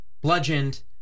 bludgeoned